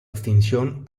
extinción